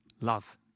love